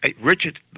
Richard